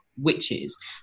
witches